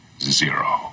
zero